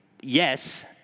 Yes